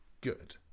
good